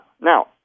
Now